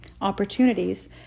opportunities